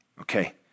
Okay